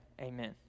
Amen